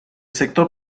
sector